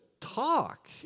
talk